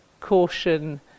caution